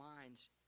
minds